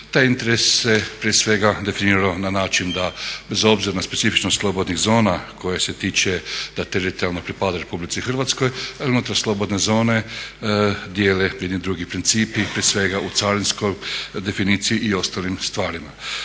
Taj interes se prije svega definirao na način da bez obzira na specifičnost slobodnih zona koje se tiče da teritorijalno pripadaju Republici Hrvatskoj unutar slobodne zone dijele jedni drugi principi, prije svega u carinskoj definiciji i ostalim stvarima.